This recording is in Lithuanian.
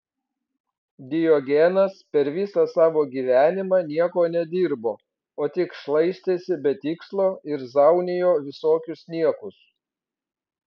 diogenas per visą savo gyvenimą nieko nedirbo o tik šlaistėsi be tikslo ir zaunijo visokius niekus